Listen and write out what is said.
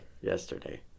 yesterday